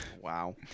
Wow